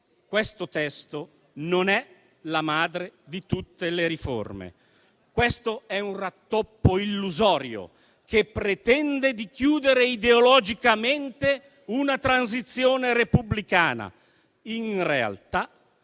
questo testo non è la madre di tutte le riforme. Questo è un rattoppo illusorio, che pretende di chiudere ideologicamente una transizione repubblicana. In realtà,